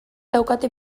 daukate